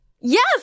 Yes